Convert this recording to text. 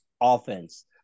offense